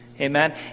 Amen